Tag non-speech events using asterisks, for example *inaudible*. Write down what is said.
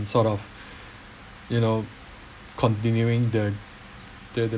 sort of *breath* you know continuing the the the